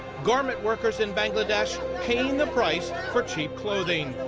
garment workers in bangladesh paying the price for cheap clothing.